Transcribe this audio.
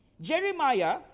Jeremiah